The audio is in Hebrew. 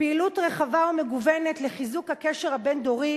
פעילות רחבה ומגוונת לחיזוק הקשר הבין-דורי